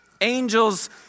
Angels